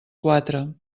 quatre